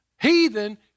heathen